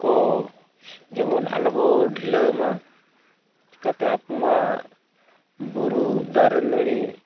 ᱠᱚ ᱡᱮᱢᱚᱱ ᱟᱞᱚᱵᱚᱱ ᱰᱷᱤᱞᱟᱹᱣᱢᱟ ᱪᱤᱠᱟᱹᱛᱮ ᱟᱵᱚᱢᱟ ᱵᱩᱨᱩ ᱫᱟᱨᱮ ᱱᱟᱲᱤ